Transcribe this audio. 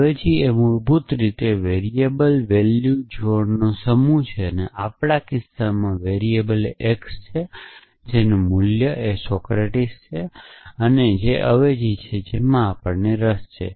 અવેજી એ મૂળભૂત રીતે વેરીએબલ વેલ્યુ જોડનો સમૂહ છે અને આપણા કિસ્સામાં વેરીએબલ એ x છે અને તે મૂલ્ય જે સોક્રેટીક છે તે અવેજી છે જેમાં આપણને રસ છે